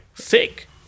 Sick